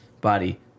Body